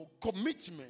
commitment